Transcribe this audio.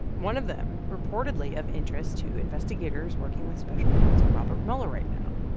one of them reportedly of interest to investigators working with special counsel robert mueller right now.